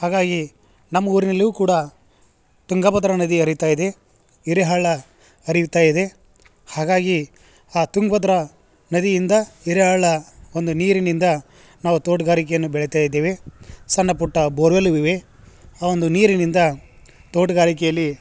ಹಾಗಾಗಿ ನಮ್ಮೂರಿನಲ್ಲಿಯು ಕೂಡ ತುಂಗಭದ್ರ ನದಿ ಹರಿತಾ ಇದೆ ಇರೆಹಳ್ಳ ಹರಿಯುತ್ತಾ ಇದೆ ಹಾಗಾಗಿ ಆ ತುಂಗಭದ್ರ ನದಿಯಿಂದ ಇರೆಹಳ್ಳ ಒಂದು ನೀರಿನಿಂದ ನಾವು ತೋಟಗಾರಿಕೆಯನ್ನ ಬೆಳಿದ ಇದ್ದೀವಿ ಸಣ್ಣ ಪುಟ್ಟ ಬೊರ್ವೆಲ್ಲು ಇವೆ ಆ ಒಂದು ನೀರಿನಿಂದ ತೋಟಗಾರಿಕೆಯಲ್ಲಿ